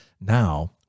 Now